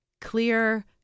clear